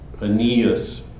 Aeneas